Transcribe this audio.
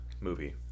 movie